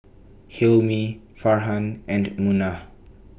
Hilmi Farhan and Munah